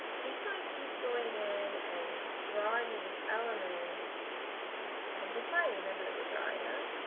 just want to keep going in and drawing these elements and defining them as you're drawing them